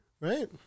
Right